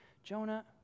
Jonah